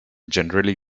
generally